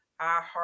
iHeart